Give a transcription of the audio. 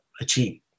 achieve